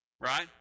right